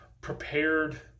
prepared